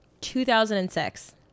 2006